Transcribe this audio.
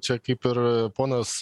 čia kaip ir ponas